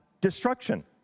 destruction